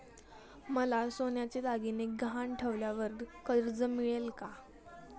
मला सोन्याचे दागिने गहाण ठेवल्यावर कर्ज मिळेल का?